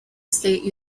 state